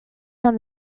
from